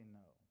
no